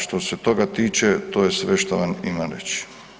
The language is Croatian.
Što se toga tiče, to je sve što vam imam reći.